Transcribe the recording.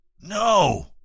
No